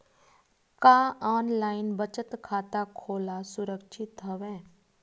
का ऑनलाइन बचत खाता खोला सुरक्षित हवय?